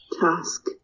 task